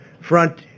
front